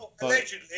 Allegedly